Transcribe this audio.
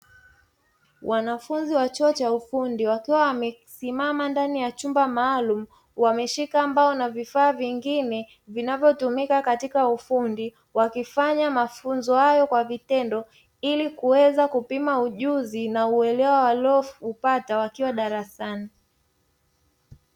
Wanafunzi wa chuo cha ufundi wakiwa wamesimama ndani ya chumba maalumu wameshika mbao na vifaa vingine vinavyotumika katika ufundi, wakifanya mafunzo hayo kwa vitendo ili kuweza kupima ujuzi na uelewa walioupata wakiwa darasani.